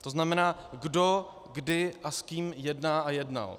To znamená, kdo, kdy a s kým jedná a jednal?